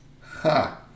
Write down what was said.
Ha